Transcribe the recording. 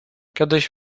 kiedyś